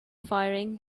firing